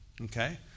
Okay